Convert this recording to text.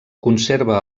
conserva